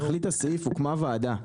תכלית הסעיף הוקמה ועדה,